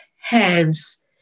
hands